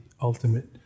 ultimate